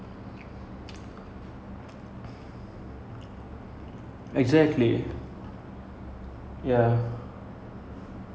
actually ya he does have friends that were just go and watch in a theatre like and remembering when teddy came out and all that right my cousin went a few times to watch the same movie